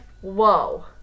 whoa